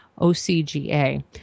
OCGA